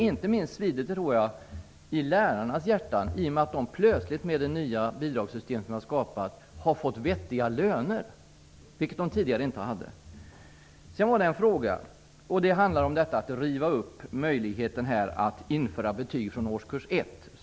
Inte minst tror jag att det svider i lärarnas hjärtan i och med att de plötsligt, med det nya bidragssystem som vi har skapat, har fått vettiga löner, vilket de inte hade tidigare. Socialdemokraterna har i sin argumentation talat om att riva upp möjligheten att införa betyg från årskurs ett.